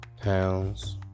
pounds